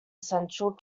essential